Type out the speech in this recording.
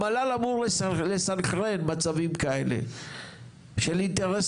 המל"ל אמור לסנכרן מצבים כאלה של אינטרס